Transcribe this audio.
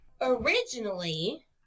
originally